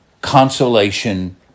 consolation